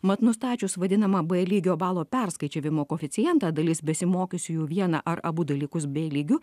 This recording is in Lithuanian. mat nustačius vadinamą b lygio balo perskaičiavimo koeficientą dalis besimokiusiųjų vieną ar abu dalykus b lygiu